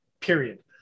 period